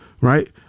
right